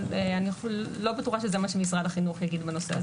אבל אני לא בטוחה שזה מה שמשרד החינוך יגיד בנושא.